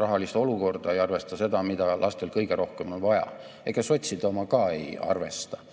rahalist olukorda, ei arvesta seda, mida lastel kõige rohkem on vaja. Ega sotside oma ka ei arvesta,